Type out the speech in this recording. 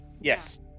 yes